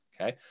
okay